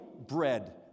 bread